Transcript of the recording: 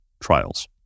trials